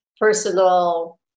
personal